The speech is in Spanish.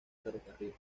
ferrocarril